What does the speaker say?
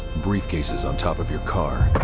briefcases on top of your car.